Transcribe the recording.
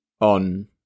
on